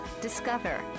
discover